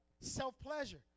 Self-pleasure